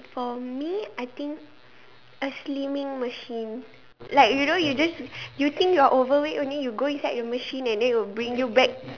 for me I think a slimming machine like you know you just you think you are overweight only you go inside the machine and then it will bring you back